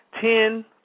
Ten